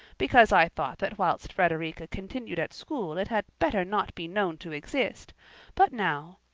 because i thought that whilst frederica continued at school it had better not be known to exist but now,